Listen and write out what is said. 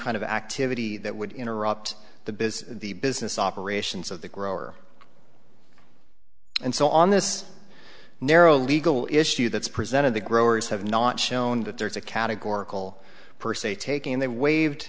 kind of activity that would interrupt the business the business operations of the grower and so on this narrow legal issue that's presented the growers have not shown that there is a categorical per se taking they waived